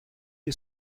est